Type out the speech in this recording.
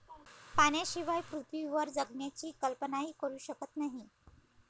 पाण्याशिवाय पृथ्वीवर जगण्याची कल्पनाही करू शकत नाही